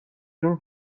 جون